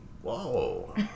Whoa